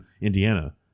indiana